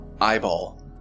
eyeball